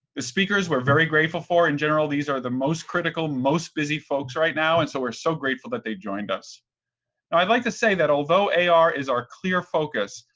the speakers we're very grateful for. in general, these are the most critical, most busy folks right now and so we're so grateful that they joined us. now i'd like to say that although ai is our clear focus,